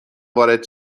وارد